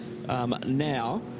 Now